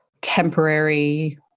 temporary